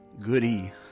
Goody